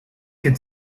could